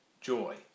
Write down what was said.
joy